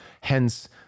Hence